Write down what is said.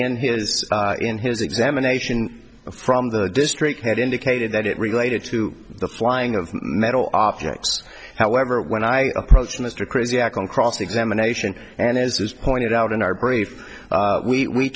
in his in his examination from the district had indicated that it related to the flying of metal objects however when i approached mr crazy act on cross examination and as was pointed out in our brief